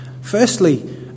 Firstly